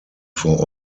vor